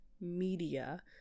media